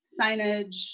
signage